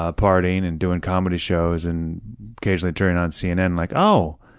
ah partying and doing comedy shows, and occasionally turning on cnn like oh,